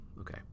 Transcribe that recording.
Okay